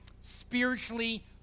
spiritually